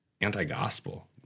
anti-gospel